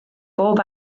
bob